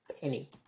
penny